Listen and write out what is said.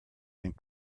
and